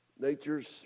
Nature's